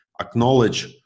acknowledge